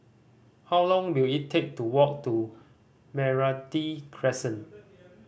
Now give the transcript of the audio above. how long will it take to walk to Meranti Crescent